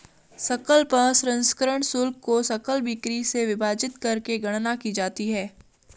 सकल प्रसंस्करण शुल्क को सकल बिक्री से विभाजित करके गणना की जाती है